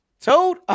Toad